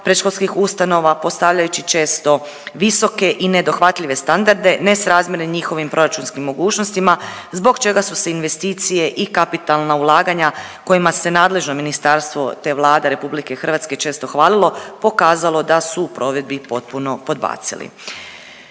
predškolskih ustanova, postavljajući često visoke i nedohvatljive standarde, nesrazmjere njihovim proračunskim mogućnostima, zbog čega su se investicije i kapitalna ulaganja kojima se nadležno ministarstvo te Vlada RH često hvalilo, pokazalo da su u provedbi potpuno podbacili.